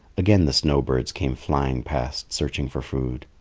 again the snow birds came flying past, searching for food.